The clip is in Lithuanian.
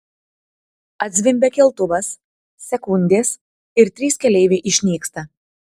atzvimbia keltuvas sekundės ir trys keleiviai išnyksta